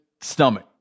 stomach